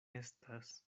estas